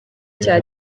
cya